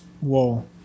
Whoa